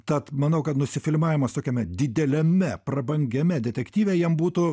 tad manau kad nusifilmavimas tokiame dideliame prabangiame detektyve jam būtų